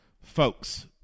folks